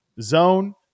zone